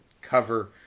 cover